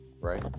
right